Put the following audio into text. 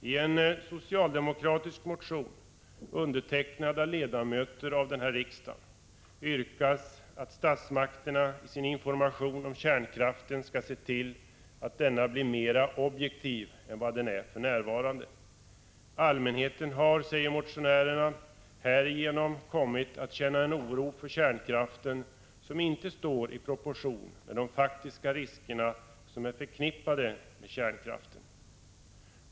I en socialdemokratisk motion, undertecknad av ledamöter av denna riksdag, yrkas att statsmakterna skall se till att deras information om kärnkraften blir mer objektiv än vad den är för närvarande. Allmänheten har, säger motionärerna, härigenom kommit att känna en oro för kärnkraften som inte står i proportion till de faktiska risker som är förknippade med kärnkraften.